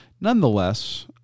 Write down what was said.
Nonetheless